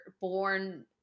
born